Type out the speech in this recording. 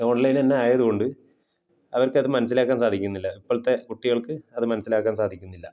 online തന്നെ ആയതുകൊണ്ട് അവർക്കത് മനസ്സിലാക്കാൻ സാധിക്കുന്നില്ല ഇപ്പോഴത്തെ കുട്ടികൾക്ക് അത് മനസ്സിലാക്കാൻ സാധിക്കുന്നില്ല